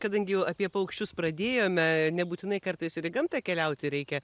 kadangi jau apie paukščius pradėjome nebūtinai kartais ir į gamtą keliauti reikia